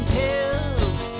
pills